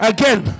Again